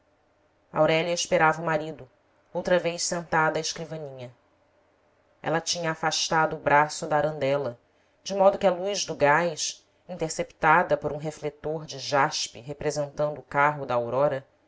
de caído aurélia esperava o marido outra vez sentada à escrivaninha ela tinha afastado o braço da arandela de modo que a luz do gás interceptada por um refletor de jaspe representando o carro da aurora